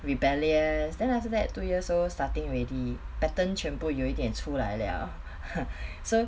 rebellious then after that two years old starting already pattern 全部有一点出来了 so